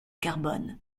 carbone